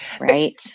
right